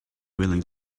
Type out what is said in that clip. willing